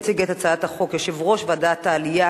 יציג את הצעת החוק יושב-ראש ועדת העלייה,